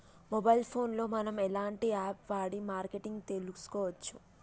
Mobile phone లో మనం ఎలాంటి యాప్ వాడి మార్కెటింగ్ తెలుసుకోవచ్చు?